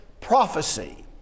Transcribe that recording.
prophecy